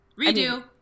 Redo